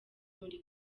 muri